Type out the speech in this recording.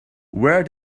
where